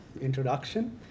introduction